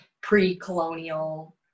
pre-colonial